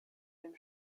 dem